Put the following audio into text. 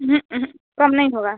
कम नहीं होगा